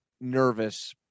nervous